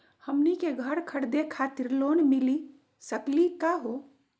हमनी के घर खरीदै खातिर लोन मिली सकली का हो?